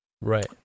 Right